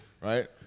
right